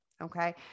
Okay